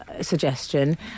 suggestion